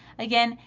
again,